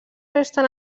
resten